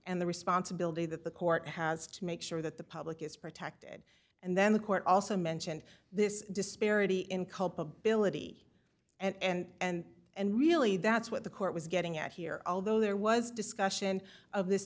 and the responsibility that the court has to make sure that the public is protected and then the court also mentioned this disparity in culpability and and really that's what the court was getting at here although there was discussion of this